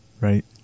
Right